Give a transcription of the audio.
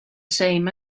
same